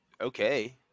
okay